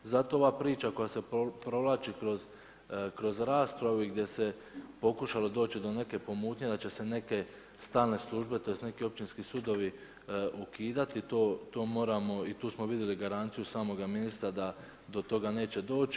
Zato ova priča koja se provlači kroz raspravu i gdje se pokušalo doći do neke pomutnje da će se neke stalne službe, tj. neki općinski sudovi ukidati to moramo i tu smo vidjeli garanciju samoga ministra da do toga neće doći.